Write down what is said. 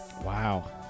Wow